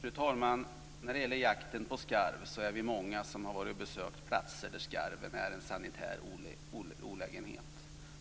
Fru talman! Vi är många som har besökt platser där skarv är en sanitär olägenhet.